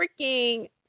freaking